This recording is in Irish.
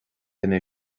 duine